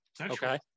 Okay